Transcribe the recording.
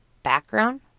background